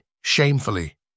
shamefully